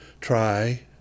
Try